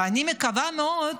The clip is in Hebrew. אני מקווה מאוד